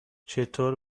چطور